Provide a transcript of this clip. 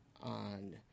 on